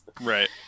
Right